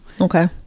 okay